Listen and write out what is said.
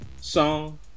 song